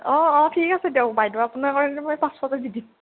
অ' অ' ঠিক আছে দিয়ক বাইদ' আপোনাৰ কাৰণে মই পাঁচশতো দি দিম